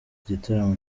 gitaramo